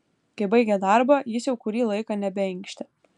kai baigė darbą jis jau kurį laiką nebeinkštė